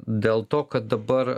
dėl to kad dabar